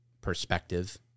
perspective